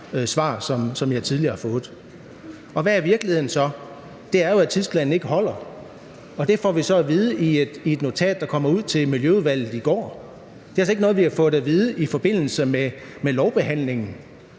svar, som jeg tidligere har fået. Hvad er virkeligheden så? Det er jo, at tidsplanen ikke holder, og det får vi så at vide i et notat, der kom ud til Miljøudvalget i går. Det er altså ikke noget, vi har fået at vide i forbindelse med lovbehandlingen,